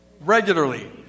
regularly